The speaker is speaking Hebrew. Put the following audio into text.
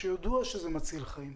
שידוע שזה מציל חיים.